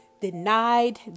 denied